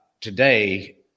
today